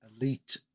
elite